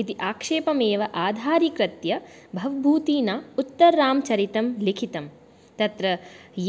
इति आक्षेपमेव आधारिकृत्य भवभूतीना उत्तररामचरितं लिखितं तत्र